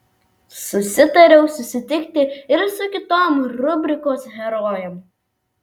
susitariau susitikti ir su kitom rubrikos herojėm